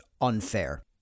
unfair